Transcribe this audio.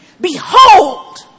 Behold